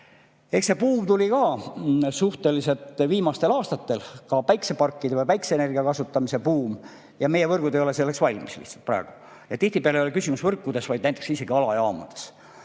Eks see buum tuli ka suhteliselt viimastel aastatel, ka päikseparkide või päikeseenergia kasutamise buum, ja meie võrgud ei ole selleks valmis lihtsalt praegu. Tihtipeale ei ole küsimus võrkudes, vaid näiteks isegi alajaamades.